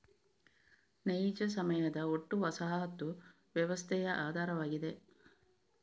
ನೈಜ ಸಮಯದ ಒಟ್ಟು ವಸಾಹತು ವ್ಯವಸ್ಥೆಯ ಆಧಾರವಾಗಿದೆ